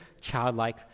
childlike